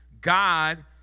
God